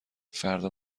فردا